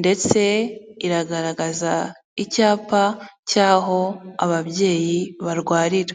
ndetse iragaragaza icyapa cy'aho ababyeyi barwarira.